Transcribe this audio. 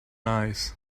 eyes